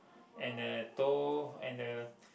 and the tow and the